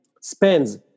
spends